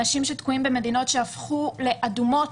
אנשים שתקועים במדינות שהפכו לאדומות,